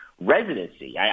residency